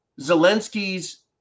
Zelensky's